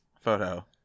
photo